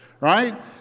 right